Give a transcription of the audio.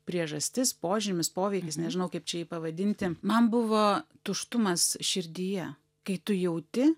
priežastis požymis poveikis nežinau kaip čia jį pavadinti man buvo tuštumas širdyje kai tu jauti